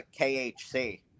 KHC